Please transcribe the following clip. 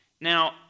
Now